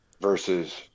versus